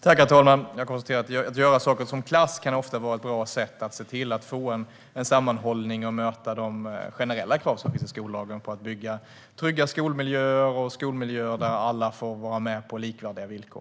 Herr talman! Jag konstaterar: Att göra saker som klass kan ofta vara ett bra sätt att få en sammanhållning och möta de generella krav som finns i skollagen på att bygga trygga skolmiljöer, där alla får vara med på likvärdiga villkor.